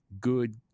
good